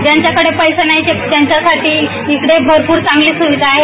ज्यांच्याकडे पैसे नाहीत त्यांच्यासाठी येथे भरपूर चांगली सोय आहे